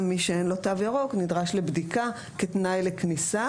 מי שאין לו תו ירוק נדרש לבדיקה כתנאי לכניסה.